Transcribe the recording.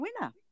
winner